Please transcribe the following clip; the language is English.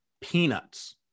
peanuts